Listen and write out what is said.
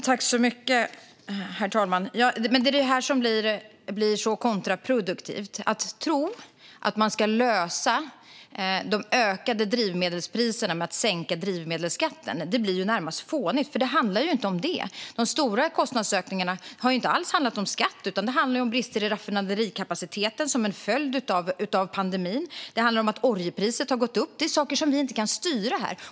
Herr ålderspresident! Det blir kontraproduktivt om man tror att man ska komma till rätta med de ökade drivmedelspriserna genom att sänka drivmedelsskatten. Det blir närmast fånigt, för det handlar ju inte om det. De stora kostnadsökningarna har ju inte alls berott på skatten utan på brister i raffinaderikapaciteten som en följd av pandemin och på att oljepriset gått upp. Det är saker som vi inte kan styra här.